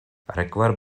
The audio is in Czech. rakvar